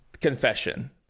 confession